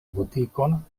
butikon